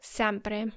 sempre